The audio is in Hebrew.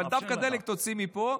אבל דווקא את הדלק תוציא מפה,